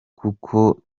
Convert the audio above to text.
kuko